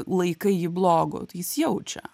laikai jį blogu tai jis jaučia